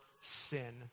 sin